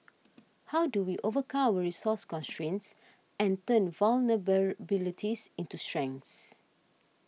how do we overcome resource constraints and turn vulnerabilities into strengths